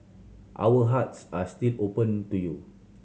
our hearts are still open to you